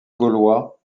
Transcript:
gaulois